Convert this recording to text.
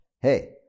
Hey